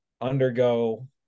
undergo